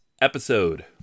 episode